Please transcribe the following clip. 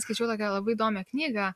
skaičiau tokią labai įdomią knygą